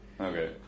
Okay